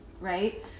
right